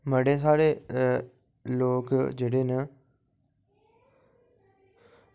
मते सारे लोक जेह्ड़े न